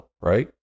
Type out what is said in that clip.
right